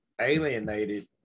alienated